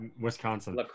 wisconsin